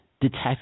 detect